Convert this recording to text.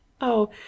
Oh